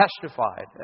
testified